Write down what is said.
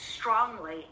strongly